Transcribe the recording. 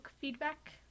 feedback